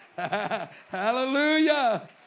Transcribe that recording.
Hallelujah